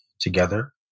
together